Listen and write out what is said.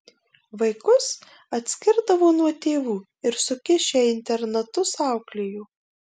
vaikus atskirdavo nuo tėvų ir sukišę į internatus auklėjo